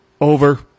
Over